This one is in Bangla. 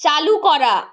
চালু করা